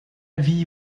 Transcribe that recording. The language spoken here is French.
vie